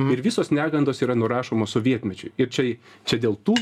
ir visos negandos yra nurašomos sovietmečiui ir čiai čia dėl tų